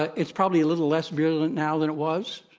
it's probably a little less virulent now than it was,